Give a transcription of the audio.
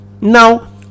now